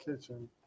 kitchen